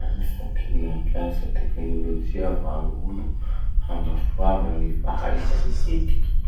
Afaky mampiasa teknolojia va gn'olo hanasoava gny fahaiza miketriky?